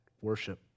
Worship